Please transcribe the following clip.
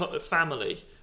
family